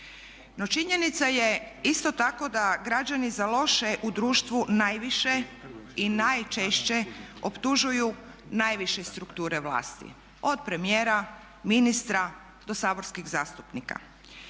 činjenica je isto tako da građani za loše u društvu najviše i najčešće optužuju najviše strukture vlasti, od premijera, ministra do saborskih zastupnika.